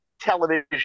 television